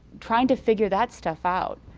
trying to figure that stuff out.